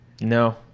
No